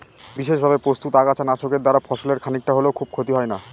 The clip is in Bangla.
বিশেষভাবে প্রস্তুত আগাছা নাশকের দ্বারা ফসলের খানিকটা হলেও খুব ক্ষতি হয় না